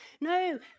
No